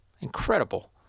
Incredible